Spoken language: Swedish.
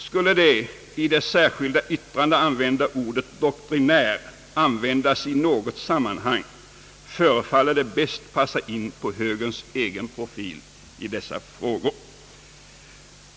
Skulle det i det särskilda yttrandet använda ordet »doktrinär» användas i något sammanhang, förefaller det bäst passa in på högerns egen profil i dessa frågor.